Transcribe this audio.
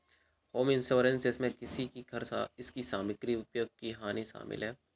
home insurance जिसमें किसी के घर इसकी सामग्री उपयोग की हानि शामिल है